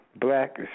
Black